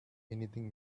anything